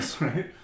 Right